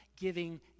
giving